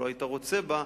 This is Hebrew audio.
לא היית רוצה בה,